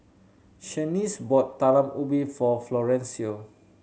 Shaniece bought Talam Ubi for Florencio